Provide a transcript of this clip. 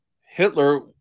Hitler